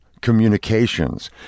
communications